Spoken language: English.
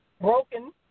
broken